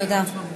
תודה.